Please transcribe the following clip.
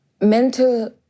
Mental